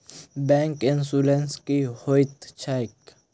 Bank insurance की होइत छैक?